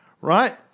right